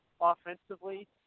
offensively